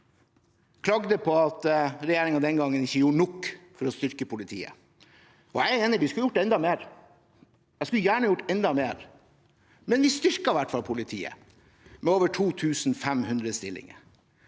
De klagde over at regjeringen den gangen ikke gjorde nok for å styrke politiet. Jeg er enig – vi skulle gjort enda mer. Jeg skulle gjerne gjort enda mer, men vi styrket i hvert fall politiet med over 2 500 stillinger.